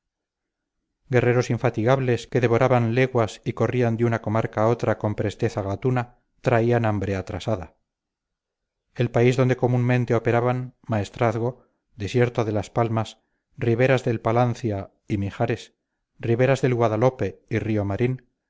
guerreros infatigables que devoraban leguas y corrían de una comarca a otra con presteza gatuna traían hambre atrasada el país donde comúnmente operaban maestrazgo desierto de las palmas riberas del palancia y mijares riberas del guadalope y río martín